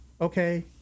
Okay